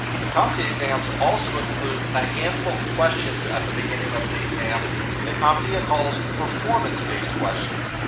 the comptia exams also include a handful of questions at the beginning of the exam that comptia calls performance-based questions.